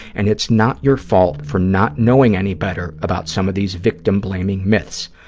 and it's not your fault for not knowing any better about some of these victim-blaming myths.